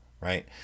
right